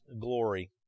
glory